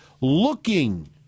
looking